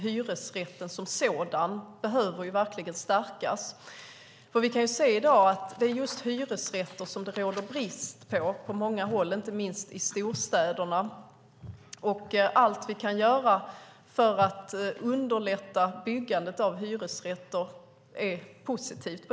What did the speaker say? Hyresrätten som sådan behöver verkligen stärkas. Vi kan se i dag att det just är hyresrätter som det på många håll råder brist på, inte minst i storstäderna. Allt vi kan göra för att underlätta byggandet av hyresrätter är positivt.